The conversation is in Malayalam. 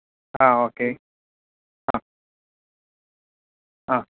ആ ഓക്കെ ആ ആ